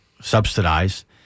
subsidized